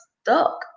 stuck